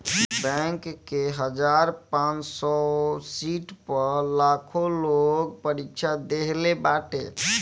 bank के हजार पांच सौ सीट पअ लाखो लोग परीक्षा देहले बाटे